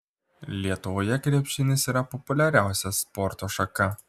lietuvoje krepšinis yra populiariausia sporto šaka